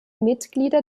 mitglieder